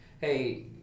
hey